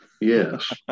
Yes